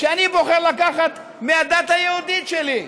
שאני בוחר לקחת מהדת היהודית שלי.